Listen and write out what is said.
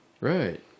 right